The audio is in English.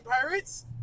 pirates